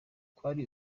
kwari